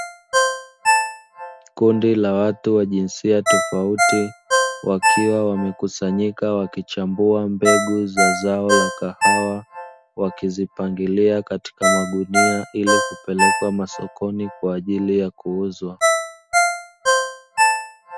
Kundi la watu wa jinsia tofauti wakiwa wamekusanyika wakichambua mbegu za zao la kahawa, wakizipangilia katika magunia ili kupelekwa masokoni kwa ajili ya kuuzwa.